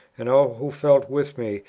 and all who felt with me,